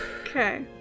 Okay